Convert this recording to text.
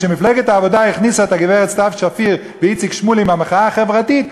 כשמפלגת העבודה הכניסה את הגברת סתיו שפיר ואיציק שמולי מהמחאה החברתית,